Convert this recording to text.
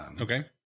Okay